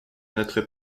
notre